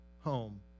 home